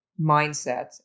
mindset